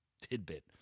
tidbit